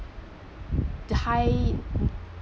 the high